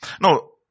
No